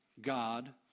God